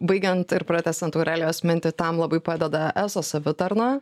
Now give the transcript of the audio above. baigiant ir pratęsiant aurelijos mintį tam labai padeda eso savitarna